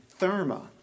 Therma